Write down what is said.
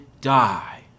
die